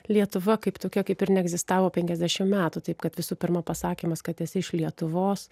lietuva kaip tokia kaip ir neegzistavo penkiasdešimt metų taip kad visų pirma pasakymas kad esi iš lietuvos